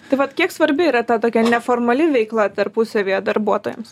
tai vat kiek svarbi yra ta tokia neformali veikla tarpusavyje darbuotojams